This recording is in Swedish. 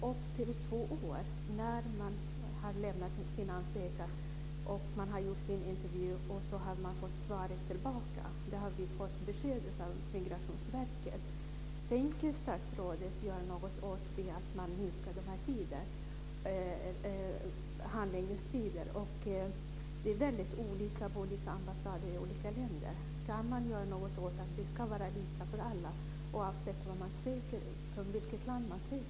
Det kan ta upp till två år innan man får besked efter det att man har lämnat sin ansökan och gjort sin intervju. Det har vi fått besked om från Migrationsverket.